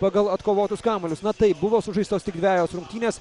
pagal atkovotus kamuolius na taip buvo sužaistos tik dvejos rungtynės